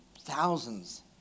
thousands